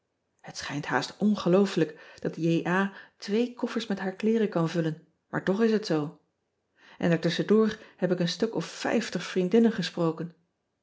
het schijnt haast ongeloofelijk dat twee koffers met haar kleeren kan vullen maar toch is het zoo en daar tusschendoor heb ik een stuk of vijftig vriendinnen gesproken